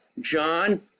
John